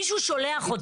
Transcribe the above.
מישהו שולח אותם.